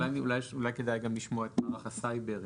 אולי כדאי לשמוע את מערך הסייבר.